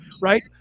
right